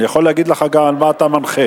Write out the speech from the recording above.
אני יכול להגיד לך גם על מה אתה מנחה.